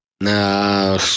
No